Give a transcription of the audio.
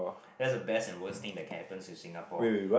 that's the best and worst thing that can happen to Singapore